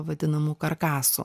vadinamų karkasų